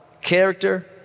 Character